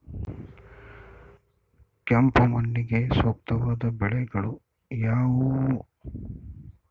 ಕೆಂಪು ಮಣ್ಣಿಗೆ ಸೂಕ್ತವಾದ ಬೆಳೆಗಳು ಯಾವುವು?